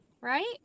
Right